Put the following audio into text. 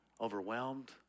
overwhelmed